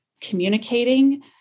communicating